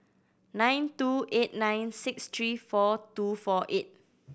nine two eight nine six three four two four eight